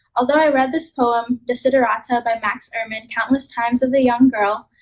although i read this poem, desiderata by max ehrmann, countless times as a young girl,